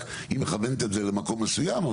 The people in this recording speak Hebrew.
רק היא מכוונת את זה למקום מסוים,